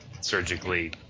surgically